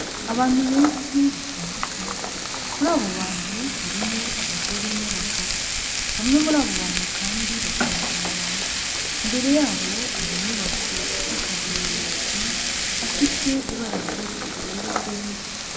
Abantu benshi batandukanye, muri abo bantu harimo abagore n'abagabo, bamwe muri abo bantu kandi batonze umurongo, imbere yabo ari inyubako isakaje amabati afite ibara rijya gusa ubururu bwerurutse.